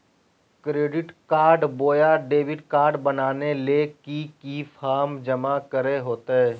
Credit card बोया debit card बनाने ले की की फॉर्म जमा करे होते?